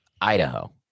Idaho